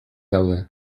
daude